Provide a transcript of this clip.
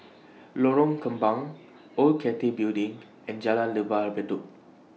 Lorong Kembang Old Cathay Building and Jalan Lembah Bedok